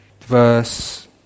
verse